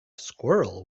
squirrel